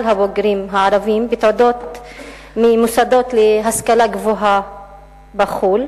הבוגרים הערבים בתעודות ממוסדות להשכלה גבוהה בחו"ל.